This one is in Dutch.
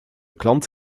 klant